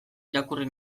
irakurri